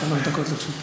שלוש דקות לרשותך.